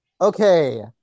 Okay